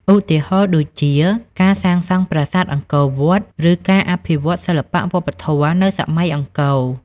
ឧទាហរណ៍ដូចជា ការសាងសង់ប្រាសាទអង្គរវត្ត ឬការអភិវឌ្ឍន៍សិល្បៈវប្បធម៌នៅសម័យអង្គរ។